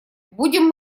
будем